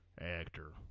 actor